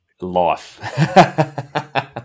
life